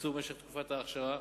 קיצור משך תקופת האכשרה,